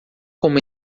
como